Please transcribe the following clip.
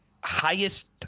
highest